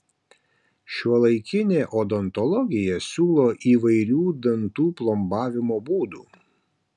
šiuolaikinė odontologija siūlo įvairių dantų plombavimo būdų